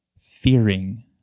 fearing